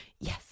yes